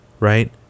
right